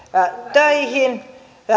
töihin